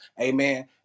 amen